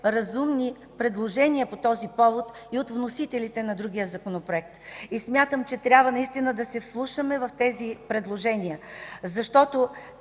разумни предложения по този повод и от вносителите на другия законопроект. Смятам, че трябва наистина да се вслушаме в тези предложения, защото